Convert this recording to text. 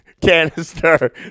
canister